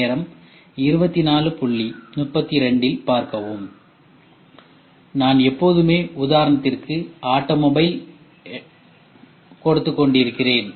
நான் எப்போதுமே உதாரணத்திற்கு ஆட்டோமொபைல் கொடுத்துக் கொண்டிருக்கிறேன்